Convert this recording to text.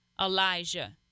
Elijah